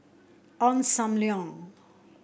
Ong Sam Leong